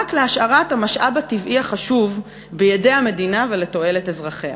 להשארת המשאב הטבעי החשוב בידי המדינה ולתועלת אזרחיה.